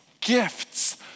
gifts